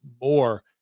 more